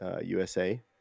USA